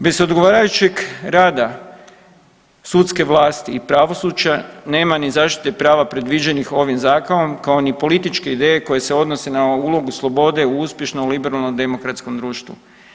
Bez odgovarajućeg rada sudske vlasti i pravosuđa nema ni zaštite prava predviđenih ovim zakonom, kao ni političke ideje koje se odnose na ulogu slobode u uspješnom liberalnom demokratskom društvu.